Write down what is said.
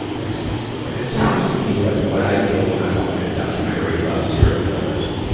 that's great. it sounds, to me, like what i feel when i watch a documentary about serial killers.